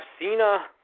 Cena